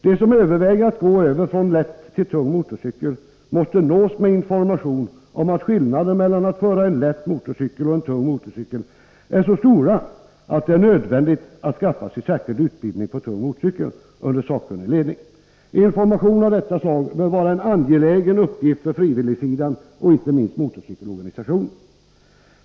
De som överväger att gå över från lätt till tung motorcykel måste nås med information om att skillnaderna mellan att föra en lätt motorcykel och att föra en tung motorcykel är så stora att det är nödvändigt att under sakkunnig ledning skaffa sig särskild utbildning för tung motorcykel. Information av detta slag bör vara en angelägen uppgift för frivilligsidan, inte minst för motorcykelorganisationerna.